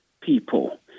people